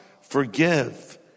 forgive